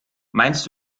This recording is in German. meinst